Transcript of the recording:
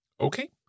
Okay